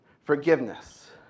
forgiveness